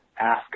ask